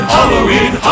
Halloween